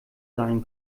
sein